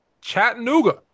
Chattanooga